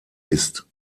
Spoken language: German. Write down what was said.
ist